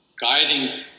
guiding